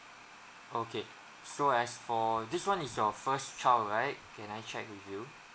okay so as for this one is your first child right can I check with you